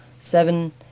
seven